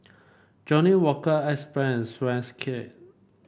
Johnnie Walker Axe Brand